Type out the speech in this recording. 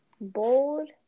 bold